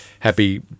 happy